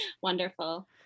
Wonderful